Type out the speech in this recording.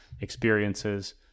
experiences